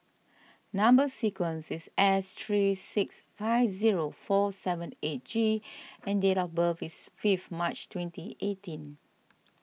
Number Sequence is S three six five zero four seven eight G and date of birth is fifth March twenty eighteen